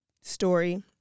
story